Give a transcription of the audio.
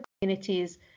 communities